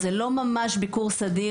זה לא ממש ביקור סדיר.